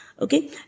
okay